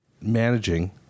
managing